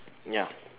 ya